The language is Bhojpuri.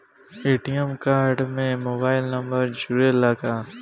ए.टी.एम कार्ड में मोबाइल नंबर जुरेला का?